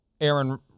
Aaron